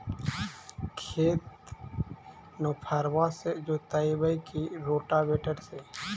खेत नौफरबा से जोतइबै की रोटावेटर से?